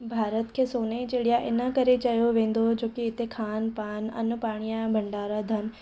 भारत खे सोने जी चिड़िया इनकरे चयो वेंदो हो जोकी हिते खान पान अन पाणीअ जा भंडारा धन